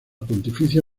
pontificia